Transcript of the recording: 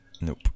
Nope